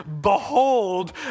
Behold